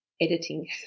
editing